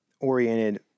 oriented